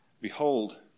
Behold